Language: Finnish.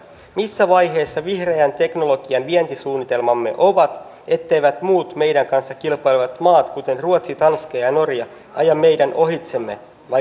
missä vaiheessa vihreän teknologian vientisuunnitelmamme ovat etteivät muut meidän kanssa kilpailevat maat kuten ruotsi tanska ja norja aja meidän ohitsemme vai ovatko jo ajaneet